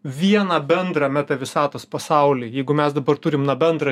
vieną bendrą meta visatos pasaulį jeigu mes dabar turim na bendrą